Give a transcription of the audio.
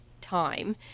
time